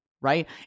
right